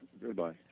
goodbye